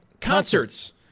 Concerts